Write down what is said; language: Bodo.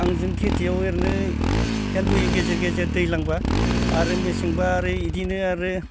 आंजों खिथियाव ओरैनो हेल्प होयो गेजेर गेजेर दैज्लांब्ला आरो मेसेंब्ला इदिनो आरो